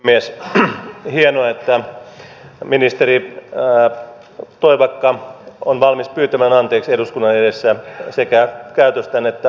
hienoa että ministeri toivakka on valmis pyytämään anteeksi eduskunnan edessä sekä käytöstään että asiasisältöään